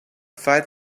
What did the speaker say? five